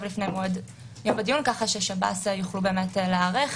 לפני מועד יום הדיון כך ששב"ס יוכלו להיערך.